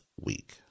week